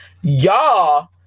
y'all